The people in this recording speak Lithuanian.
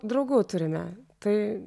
draugų turime tai